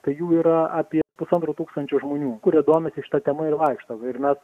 tai jų yra apie pusantro tūkstančio žmonių kurie domisi šita tema ir vaikšto ir mes